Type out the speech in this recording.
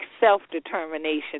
self-determination